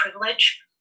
privilege